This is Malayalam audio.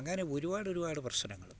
അങ്ങനെ ഒരുപാടൊരുപാട് പ്രശ്നങ്ങൾ